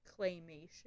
claymation